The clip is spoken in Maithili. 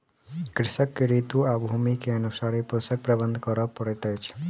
कृषक के ऋतू आ भूमि के अनुसारे पोषक प्रबंधन करअ पड़ैत अछि